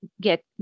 get